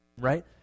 right